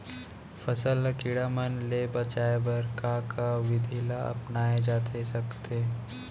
फसल ल कीड़ा मन ले बचाये बर का का विधि ल अपनाये जाथे सकथे?